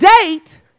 date